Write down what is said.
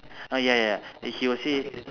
uh ya ya he will say